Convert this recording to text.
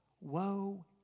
Woe